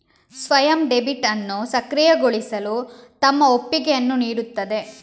ಸ್ವಯಂ ಡೆಬಿಟ್ ಅನ್ನು ಸಕ್ರಿಯಗೊಳಿಸಲು ತಮ್ಮ ಒಪ್ಪಿಗೆಯನ್ನು ನೀಡುತ್ತದೆ